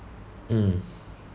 mm